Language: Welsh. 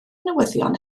newyddion